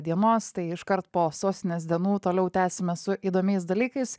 dienos tai iškart po sostinės dienų toliau tęsime su įdomiais dalykais